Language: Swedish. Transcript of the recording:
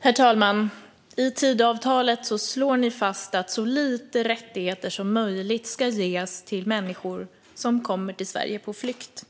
Herr talman! I Tidöavtalet, Viktor Wärnick, slår ni fast att så lite rättigheter som möjligt ska ges till människor som kommer till Sverige på flykt.